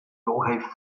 aurais